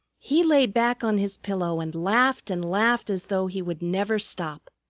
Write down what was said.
he lay back on his pillow and laughed and laughed as though he would never stop.